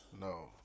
No